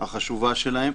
החשובה שלהם.